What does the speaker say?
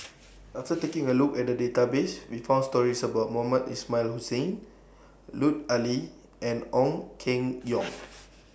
after taking A Look At The Database We found stories about Mohamed Ismail Hussain Lut Ali and Ong Keng Yong